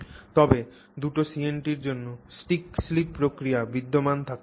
তবে দুটি CNT র জন্যই stick slip প্রক্রিয়া বিদ্যমান থাকতে পারে